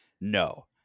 No